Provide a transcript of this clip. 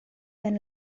when